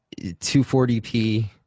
240p